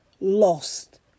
lost